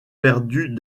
perdus